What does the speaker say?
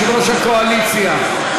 יושב-ראש הקואליציה,